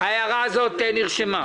ההערה הזאת נרשמה.